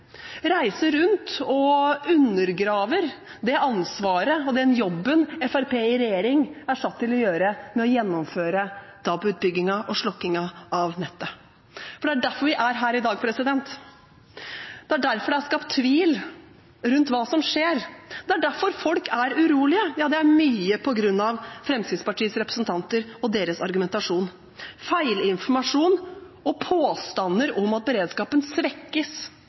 reiser rundt og undergraver det ansvaret og den jobben Fremskrittspartiet i regjering er satt til å gjøre med å gjennomføre DAB-utbyggingen og slokkingen av FM-nettet. Det er derfor vi er her i dag. Det er derfor det er skapt tvil rundt hva som skjer. Det er derfor folk er urolige. Ja, det er mye på grunn av Fremskrittspartiets representanter og deres argumentasjon – feilinformasjon og påstander om at beredskapen svekkes